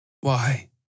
Why